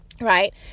right